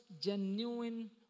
genuine